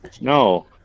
no